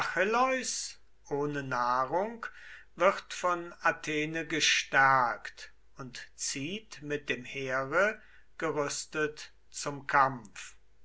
ohne nahrung wird von athene gestärkt und zieht mit dem heere gerüstet zum kampf